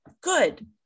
good